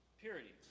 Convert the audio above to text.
Purity